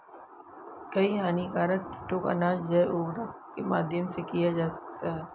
कई हानिकारक कीटों का नाश जैव उर्वरक के माध्यम से किया जा सकता है